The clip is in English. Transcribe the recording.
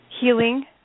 healing